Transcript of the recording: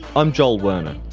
i'm joel werner.